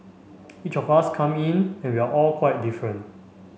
each of us come in and we are all quite different